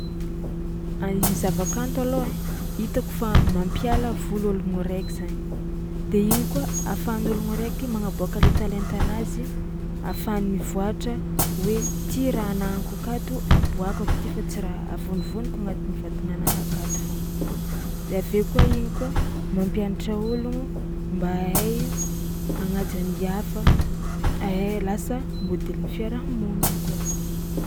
A i zavakanto alôha ai hitako fa mampiala voly ôlogno raiky zainy de igny koa ahafahan'ologno raiky magnaboàka le talentanazy ahafahany mivoàtra hoe ty raha anagnako alato aboàkako ty fa tsy raha avonivoniko agnatin'ny vatagnanahy akato foagna, avy eo koa igny koa mampianatra ôlogno mba hahay hagnaja ny hafa, hahay lasa môdelin'ny fiarahamonigny koa.